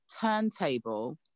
turntable